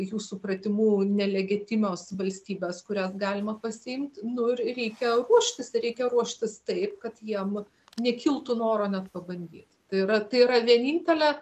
jų supratimu nelegitimios valstybės kurias galima pasiimti nu ir reikia ruoštis reikia ruoštis taip kad jiem nekiltų noro net pabandyt tai yra tai yra vienintelė